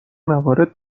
موارد